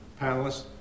panelists